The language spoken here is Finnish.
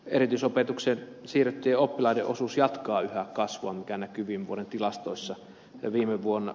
erityisopetukseen siirrettyjen oppilaiden osuus jatkaa yhä kasvuaan mikä näkyy viime vuoden tilastoissa